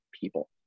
people